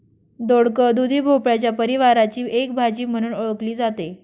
दोडक, दुधी भोपळ्याच्या परिवाराची एक भाजी म्हणून ओळखली जाते